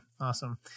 awesome